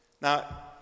Now